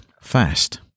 fast